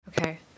Okay